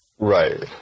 Right